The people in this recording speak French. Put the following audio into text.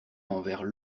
envers